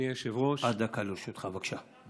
עד דקה לרשותך, בבקשה.